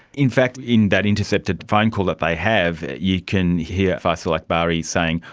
in fact in that intercepted phone call that they have, you can hear faisal aakbari saying,